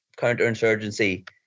counterinsurgency